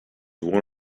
one